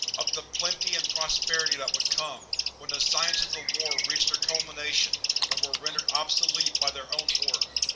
of the plenty and prosperity that would come when the sciences of ah war reached their culmination and were rendered obsolete by their own horror.